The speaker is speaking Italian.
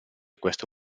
questo